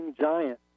giant